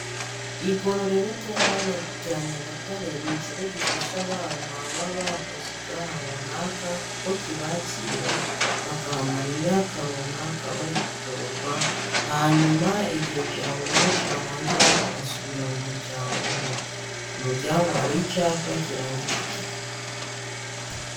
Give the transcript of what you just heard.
Igororero ry'abana rya Nyagatare ni ikigo gifasha abana baba bakoze ibyaha runaka kuko kibakira bakahamara imyaka runaka bari kugororwa hanyuma igihe cya buri umwe cyarangira agasubira mu muryango we. Ku muryango hari icyapa kiranga icyo kigo.